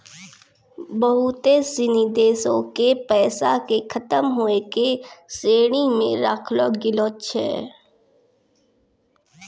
बहुते सिनी देशो के पैसा के खतम होय के श्रेणी मे राखलो गेलो छै